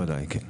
בוודאי, כן.